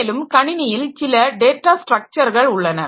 மேலும் கணினியில் சில டேட்டா ஸ்டரக்சர்கள் உள்ளன